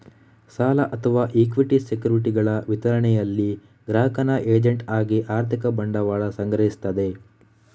ಸಾಲ ಅಥವಾ ಇಕ್ವಿಟಿ ಸೆಕ್ಯುರಿಟಿಗಳ ವಿತರಣೆಯಲ್ಲಿ ಗ್ರಾಹಕನ ಏಜೆಂಟ್ ಆಗಿ ಆರ್ಥಿಕ ಬಂಡವಾಳ ಸಂಗ್ರಹಿಸ್ತದೆ